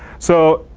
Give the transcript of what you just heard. so,